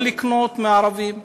לא לקנות מהערבים,